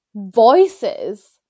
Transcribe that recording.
voices